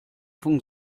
von